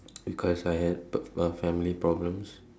because I had a a family problems